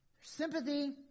sympathy